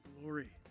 glory